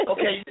Okay